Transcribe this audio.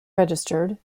registered